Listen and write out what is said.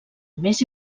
més